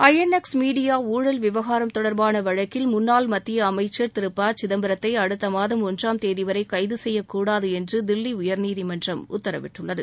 ஐ N X media ஊழல் விவகாரம் தொடர்பான வழக்கில் முன்னாள் மத்திய அமைச்சர் திரு ப சிதம்பரத்தை அடுத்த மாதம் ஒன்றாம் தேதிவரை கைது செய்யக்கூடாது என்று தில்லி உயர்நீதிமன்றம் உத்தரவிட்டுள்ளது